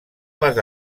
les